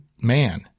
man